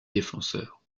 défenseurs